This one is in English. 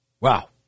Wow